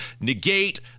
negate